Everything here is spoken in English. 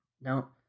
now